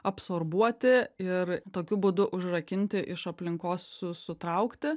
absorbuoti ir tokiu būdu užrakinti iš aplinkos su sutraukti